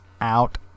out